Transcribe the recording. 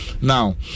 now